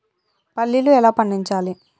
పల్లీలు ఎలా పండించాలి?